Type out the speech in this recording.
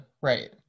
Right